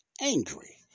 angry